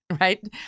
right